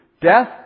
Death